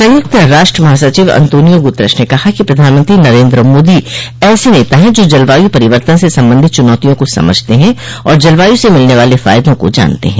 संयुक्त राष्ट्र महासचिव अंतोनियो गुतरश ने कहा कि प्रधानमंत्री नरेन्द्र मोदी ऐसे नेता है जो जलवायु परिवर्तन से संबंधित चुनौतियों को समझते है और जलवायु से मिलने वाले फायदों को जानते हैं